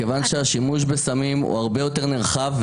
מכיוון שהשימוש בסמים הוא הרבה יותר נרחב,